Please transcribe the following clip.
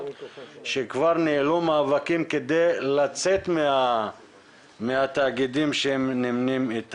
שכבר ניהלו מאבקים כדי לצאת מהתאגידים שהם נמנים עליהם.